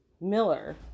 Miller